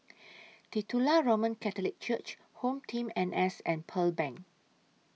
Titular Roman Catholic Church Home Team N S and Pearl Bank